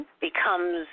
becomes